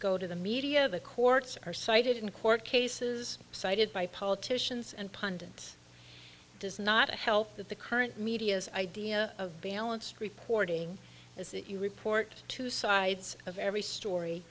go to the media the courts are cited in court cases cited by politicians and pundits does not a health that the current media's idea of balanced reporting is that you report two sides of every story